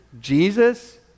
Jesus